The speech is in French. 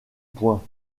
point